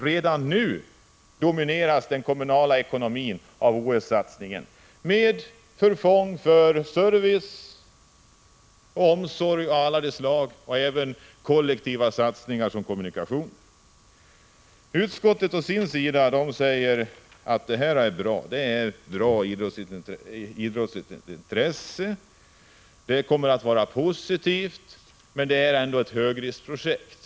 Redan nu är det satsningen på ett OS som dominerar när det gäller den kommunala ekomomin -— till förfång för service, omsorg av alla slag och kollektiva satsningar på t.ex. kommunikationerna. Utskottet å sin sida säger att det är bra med en sådan här satsning. Det är bra att intresset för idrott finns. Resultatet av en satsning av detta slag kommer att vara positivt. Men det är ändå fråga om ett högriskprojekt.